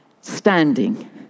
Standing